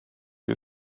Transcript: you